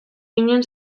ginen